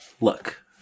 Look